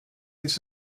ist